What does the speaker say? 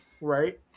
right